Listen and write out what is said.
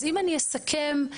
אם אסכם,